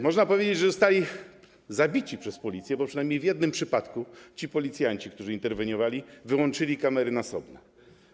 Można powiedzieć, że zostali zabici przez policję, bo przynajmniej w jednym przypadku ci policjanci, którzy interweniowali, wyłączyli kamery nasobne.